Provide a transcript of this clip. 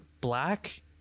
black